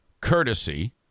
courtesy